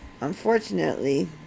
unfortunately